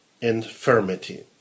infirmity